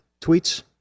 tweets